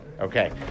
Okay